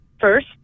first